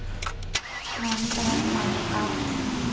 नवीनीकरण माने का होथे?